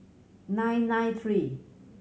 nine nine three